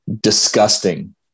disgusting